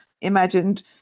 imagined